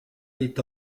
est